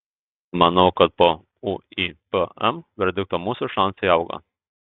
manau kad po uipm verdikto mūsų šansai auga